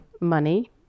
money